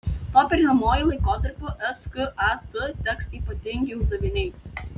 tuo pereinamuoju laikotarpiu skat teks ypatingi uždaviniai